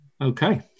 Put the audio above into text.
Okay